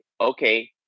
okay